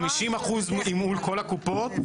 50% מול כל הקופות.